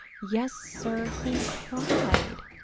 yes, sir, he cried!